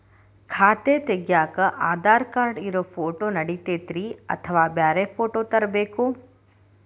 ಖಾತೆ ತಗ್ಯಾಕ್ ಆಧಾರ್ ಕಾರ್ಡ್ ಇರೋ ಫೋಟೋ ನಡಿತೈತ್ರಿ ಅಥವಾ ಬ್ಯಾರೆ ಫೋಟೋ ತರಬೇಕೋ?